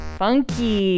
funky